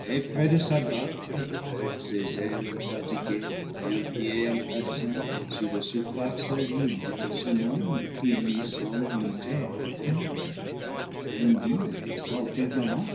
et près de s'abattre avec ses ailes fatiguées et un pied impatient sur la surface aride de ce monde qui lui semble une terre ferme arrondie et sans firmament